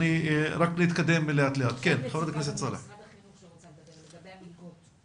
ח"כ סאלח בבקשה.